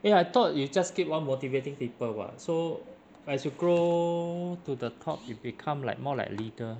eh I thought you just keep on motivating people [what] so as you grow to the top you become like more like leader